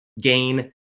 gain